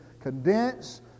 Condense